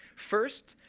first,